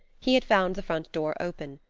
he had found the front door open,